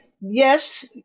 yes